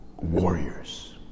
warriors